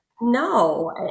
no